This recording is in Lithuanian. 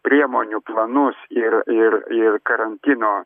priemonių planus ir ir ir karantino